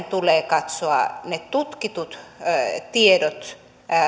tulee katsoa ne tutkitut tiedot